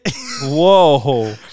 Whoa